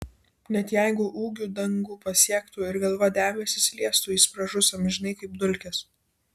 net jeigu ūgiu dangų pasiektų ir galva debesis liestų jis pražus amžinai kaip dulkės